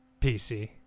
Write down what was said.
pc